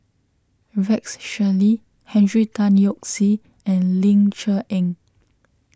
Rex Shelley Henry Tan Yoke See and Ling Cher Eng